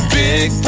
big